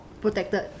protected